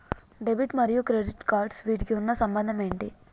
Debit మరియు credit cards వీటికి ఉన్న సంబంధం ఏంటి?